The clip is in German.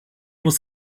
muss